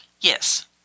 Yes